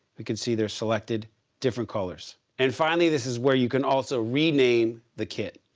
you can see their selected different colors. and finally, this is where you can also rename the kit.